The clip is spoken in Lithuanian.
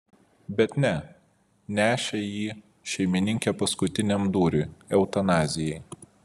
bet ne nešė jį šeimininkė paskutiniam dūriui eutanazijai